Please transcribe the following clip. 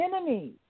enemies